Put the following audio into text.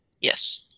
Yes